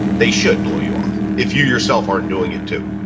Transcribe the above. they should blow you off if you yourself aren't doing it too.